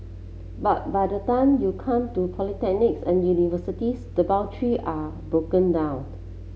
but by the time you come to polytechnics and universities the boundary are broken downed